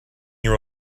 year